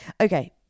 Okay